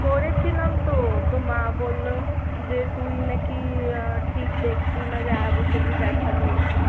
করেছিলাম তো তো মা বললো যে তুই নাকি ঠিক দেখবি না জামাইবাবুকে দিয়ে দেখাবি